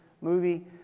movie